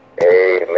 amen